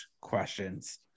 questions